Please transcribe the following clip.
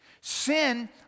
Sin